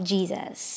Jesus